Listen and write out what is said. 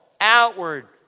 outward